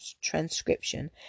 transcription